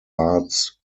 arts